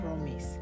promise